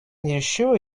reassure